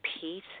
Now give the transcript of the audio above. peace